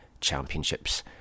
Championships